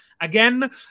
again